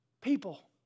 people